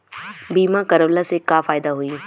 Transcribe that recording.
बीमा करवला से का फायदा होयी?